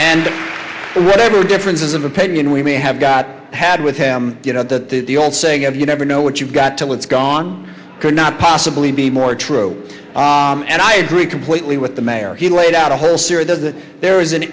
and whatever differences of opinion we may have got had with him you know that the old saying of you never know what you've got till it's gone cannot possibly be more true and i agree completely with the mayor he laid out a whole series does that there is an